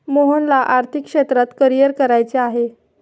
मोहनला आर्थिक क्षेत्रात करिअर करायचे आहे